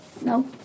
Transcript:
No